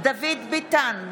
דוד ביטן,